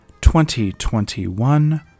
2021